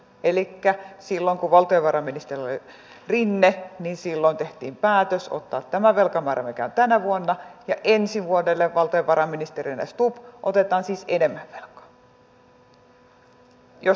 elikkä silloin kun valtiovarainministerinä oli rinne tehtiin päätös ottaa tämä velkamäärä mikä on tänä vuonna ja ensi vuodelle valtiovarainministerinä stubb otetaan siis enemmän velkaa jos tämä tuli selväksi